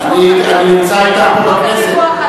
אני נמצא אתך פה בכנסת.